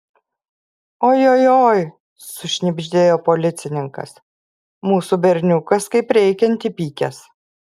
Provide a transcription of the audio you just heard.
ojojoi sušnibždėjo policininkas mūsų berniukas kaip reikiant įpykęs